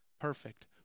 perfect